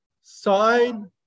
sign